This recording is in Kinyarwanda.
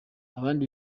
abandi